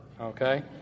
okay